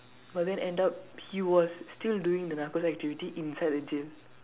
but then end up he was still doing the narcos activities inside the jail